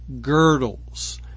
girdles